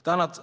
Ett annat